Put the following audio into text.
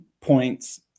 points